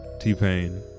T-Pain